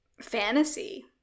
fantasy